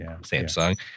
Samsung